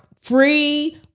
free